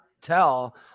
tell